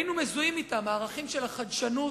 היינו מזוהים אתם, הערכים של החדשנות,